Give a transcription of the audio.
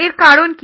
এর কারণ কি